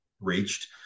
reached